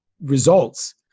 results